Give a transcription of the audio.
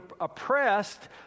oppressed